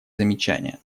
замечания